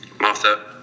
Martha